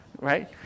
Right